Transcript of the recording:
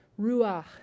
Ruach